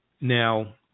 Now